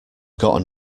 gotten